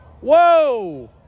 Whoa